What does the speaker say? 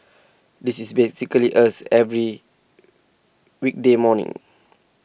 this is basically us every weekday morning